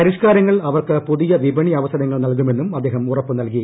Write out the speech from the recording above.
പരിഷ്കാരങ്ങൾ അവർക്ക് പുതിയ വിപണി അവസരങ്ങൾ നൽകുമെന്നും അദ്ദേഹം ഉറപ്പ് നൽകി